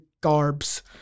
garbs